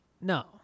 No